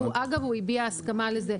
אגב, הוא הביע הסכמה לזה.